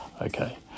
okay